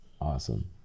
Awesome